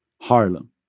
Harlem